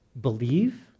believe